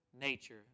nature